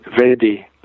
ready